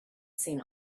seen